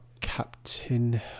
Captain